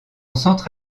centre